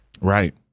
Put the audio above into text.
Right